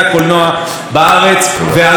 לפנינו חוק רע ואנחנו נתנגד לו.